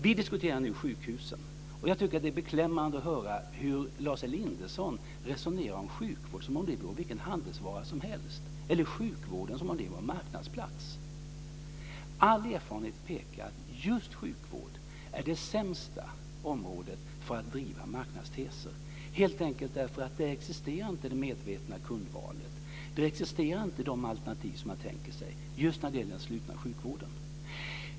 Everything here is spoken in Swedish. Vi diskuterar nu sjukhusen, och jag tycker att det är beklämmande att höra hur Lars Elinderson resonerar om sjukvård som om den vore vilken handelsvara som helst eller som om den vore en marknadsplats. All erfarenhet pekar på att just den slutna sjukvården är det sämsta området för att driva marknadsteser, helt enkelt därför att det medvetna kundvalet och de alternativ som man tänker sig inte existerar.